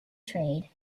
trade